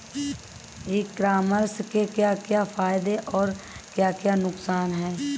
ई commerce के क्या क्या फायदे और क्या क्या नुकसान है?